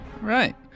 Right